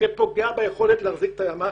שפוגע ביכולת להחזיק את הימ"חים.